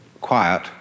quiet